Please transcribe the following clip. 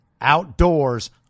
outdoors